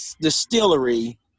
distillery